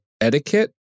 Etiquette